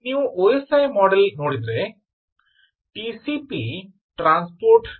ನೀವು OSI model ನೋಡಿದರೆ TCP transport ಪದರದಲ್ಲಿದೆ